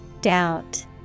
Doubt